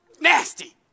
Nasty